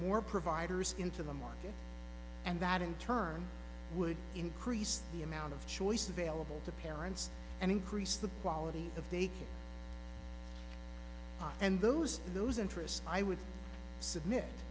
more providers into the market and that in turn would increase the amount of choice available to parents and increase the quality of daycare and those those interests i would submit